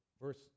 Verse